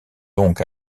donc